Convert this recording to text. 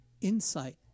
insight